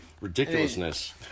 Ridiculousness